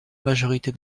majorité